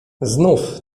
znów